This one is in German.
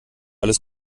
alles